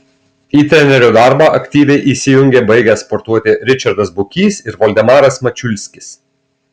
į trenerio darbą aktyviai įsijungė baigę sportuoti ričardas bukys ir voldemaras mačiulskis